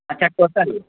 اچھا ٹوٹل